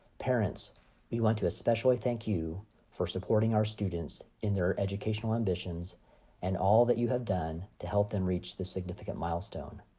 parents we want to especially thank you for supporting our students in their educational ambitions and all that you have done to help them reach the significant milestone.